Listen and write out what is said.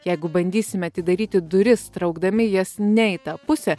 jeigu bandysime atidaryti duris traukdami jas ne į tą pusę